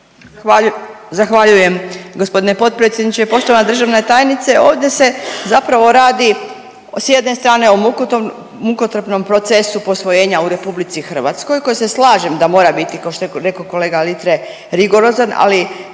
Zahvaljujem g. potpredsjedniče. Poštovana državna tajnice. Ovdje se zapravo radi s jedne strane o mukotrpnom procesu posvojenja u RH koji se slažem da mora biti ko što je reko kolega Litre rigorozan, ali